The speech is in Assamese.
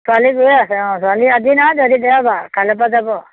ছোৱালী গৈয়ে আছে অঁ ছোৱালী আজি আজি দেওবাৰ কাইলৈপা যাব